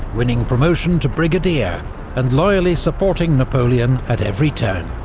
winning promotion to brigadier and loyally supporting napoleon at every turn.